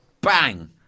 bang